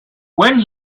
when